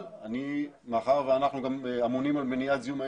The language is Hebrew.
אבל מאחר שאנחנו גם אמונים על מניעת זיהום הים,